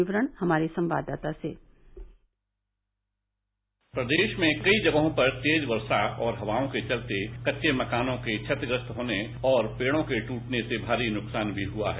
विवरण हमारे संवाददाता से प्रदेश में कई जगहों पर तेज वर्षा और हवाओं के चलते कच्चे मकानों के छतिग्रस्त होने और पेड़ों के टूटने से भारी नुकसान भी हुआ है